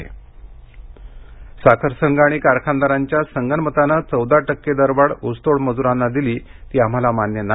साखर कामगार साखर संघ आणि कारखानदारांच्या संगनमतानं चौदा टक्के दरवाढ ऊसतोड मजुरांना दिली ती आम्हाला मान्य नाही